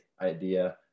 idea